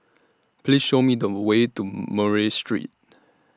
Please Show Me The Way to Murray Street